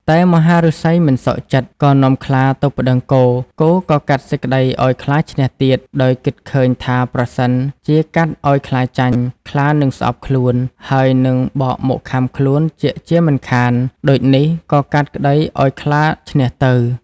តែមហាឫសីមិនសុខចិត្ត ក៏នាំខ្លាទៅប្តឹងគោ គោក៏កាត់សេចក្តីឱ្យខ្លាឈ្នះទៀត ដោយគិតឃើញថាប្រសិនជាកាត់ឱ្យខ្លាចាញ់ ខ្លានឹងស្អប់ខ្លួន ហើយនិងបកមកខាំខ្លួនជាក់ជាមិនខាន ដូចនេះក៏កាត់ក្តីឱ្យខ្លាឈ្នះទៅ។